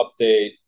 update